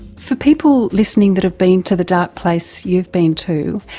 for people listening that have been to the dark place you've been to,